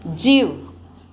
जीउ